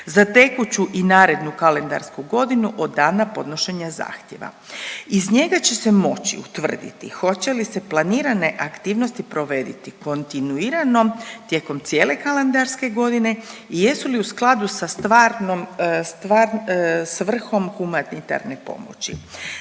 za tekuću i narednu kalendarsku godinu od dana podnošenja zahtjeva. Iz njega će se moći utvrditi hoće li se planirane aktivnosti provoditi kontinuirano tijekom cijele kalendarske godine i jesu li u skladu sa stvarnom svrhom humanitarne pomoći.